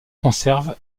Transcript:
conserve